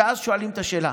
ואז שואלים את השאלה: